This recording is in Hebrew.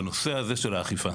בנושא הזה של האכיפה.